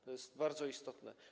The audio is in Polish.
To jest bardzo istotne.